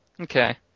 Okay